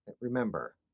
Remember